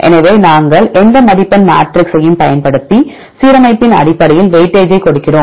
எனவே நாங்கள் எந்த மதிப்பெண் மேட்ரிக்ஸையும் பயன்படுத்தி சீரமைப்பின் அடிப்படையில் வெயிட்டேஜைக் கொடுக்கிறோம்